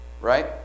Right